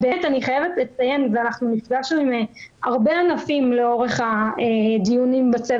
אנחנו בעצמנו יוזמים פנייה לגורמים הרלוונטיים כדי לייצר